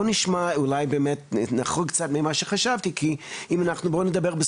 בואו נשמע ואולי נחרוג קצת ממה שחשבתי כי אם אנחנו פה אז בואו נדבר,